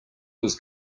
was